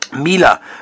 Mila